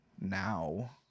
now